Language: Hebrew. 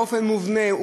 באופן מובנה,